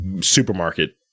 supermarket